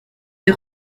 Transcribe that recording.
est